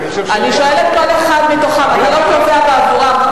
אני שואלת כל אחד, אתה לא קובע עבורם.